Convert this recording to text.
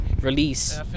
release